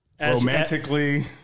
romantically